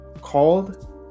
called